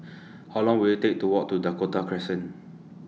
How Long Will IT Take to Walk to Dakota Crescent